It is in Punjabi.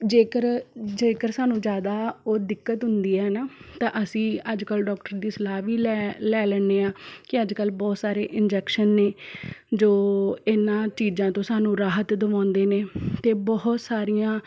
ਜੇਕਰ ਜੇਕਰ ਸਾਨੂੰ ਜ਼ਿਆਦਾ ਉਹ ਦਿੱਕਤ ਹੁੰਦੀ ਹੈ ਨਾ ਤਾਂ ਅਸੀਂ ਅੱਜ ਕੱਲ੍ਹ ਡੋਕਟਰ ਦੀ ਸਲਾਹ ਵੀ ਲੈ ਲੈ ਲੈਂਦੇ ਹਾਂ ਕਿ ਅੱਜ ਕੱਲ੍ਹ ਬਹੁਤ ਸਾਰੇ ਇੰਜੈਕਸ਼ਨ ਨੇ ਜੋ ਇਹਨਾਂ ਚੀਜ਼ਾਂ ਤੋਂ ਸਾਨੂੰ ਰਾਹਤ ਦਵਾਉਂਦੇ ਨੇ ਅਤੇ ਬਹੁਤ ਸਾਰੀਆਂ